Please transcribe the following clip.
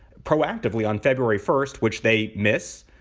proactively on february first, which they miss.